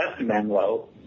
Menlo